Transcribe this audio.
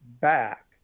back